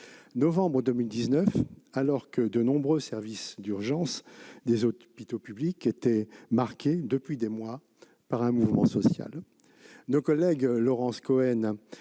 novembre 2019, alors que de nombreux services d'urgence des hôpitaux publics connaissaient depuis des mois un mouvement social. Nos collègues Laurence Cohen